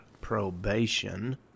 probation